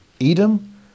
Edom